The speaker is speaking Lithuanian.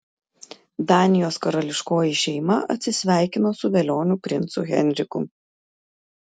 danijos karališkoji šeima atsisveikino su velioniu princu henriku